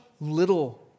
little